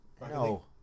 No